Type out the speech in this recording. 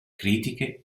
critiche